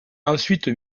ensuite